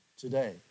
Today